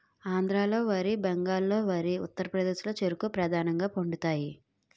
ఆంధ్రాలో వరి బెంగాల్లో వరి ఉత్తరప్రదేశ్లో చెరుకు ప్రధానంగా పండుతాయి